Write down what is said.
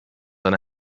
eine